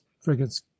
frigates